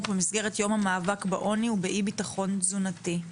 במסגרת יום המאבק בעוני ובאי ביטחון תזונתי.